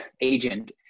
agent